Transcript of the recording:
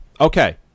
Okay